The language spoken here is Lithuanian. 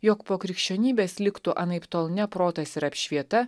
jog po krikščionybės liktų anaiptol ne protas ir apšvieta